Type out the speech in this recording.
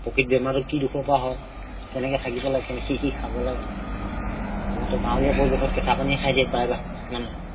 প্ৰকৃত বেমাৰটো কি দুখৰপৰা হয় কেনেকৈ থাকিব লাগে কি কি খাব লাগে আমাৰতো গাঁৱলীয়া পৰিৱেশত কেঁচা পানীয়ে খাই দিয়ে প্ৰায়ভাগ মানুহে